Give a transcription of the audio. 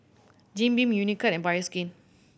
Jim Beam Unicurd and Bioskin